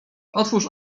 otwórz